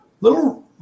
little